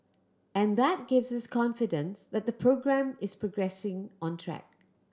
and that gives us confidence that the programme is progressing on track